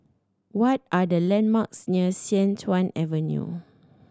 what are the landmarks near Sian Tuan Avenue